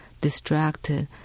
distracted